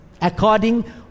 According